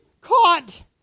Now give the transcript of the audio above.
caught